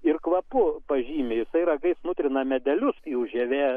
ir kvapu pažymi jisai ragais nutrina medelius jų žievė